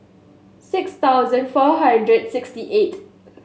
six thousand four hundred sixty eight